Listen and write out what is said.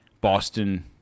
Boston